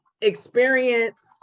experience